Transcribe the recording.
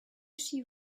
she